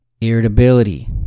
irritability